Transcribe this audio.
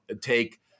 take